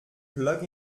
plug